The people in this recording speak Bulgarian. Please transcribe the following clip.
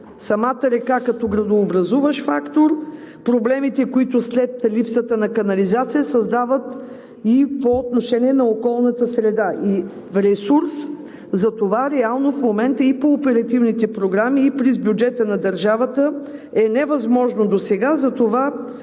Самата река е градообразуващ фактор, а проблемите от липсата на канализация се създават и по отношение на околната среда. Затова реално в момента и по оперативните програми, и през бюджета на държавата е невъзможно –